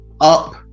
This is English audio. up